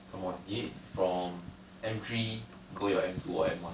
come on you need from M three go your M two or M one